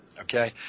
Okay